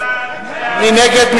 מי נגד?